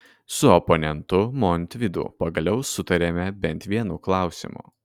su oponentu montvydu pagaliau sutarėme bent vienu klausimu